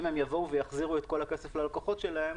אם יחזירו את הכסף ללקוחות שלהן,